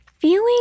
Feeling